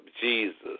Jesus